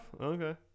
Okay